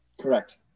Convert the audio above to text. Correct